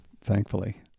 thankfully